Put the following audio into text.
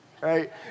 right